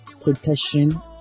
protection